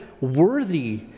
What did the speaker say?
worthy